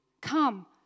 Come